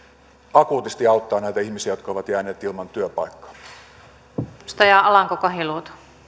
akuutisti auttaa näitä ihmisiä jotka ovat jääneet ilman työpaikkaa